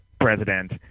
president